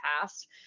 past